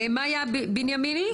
מאיה בנימיני?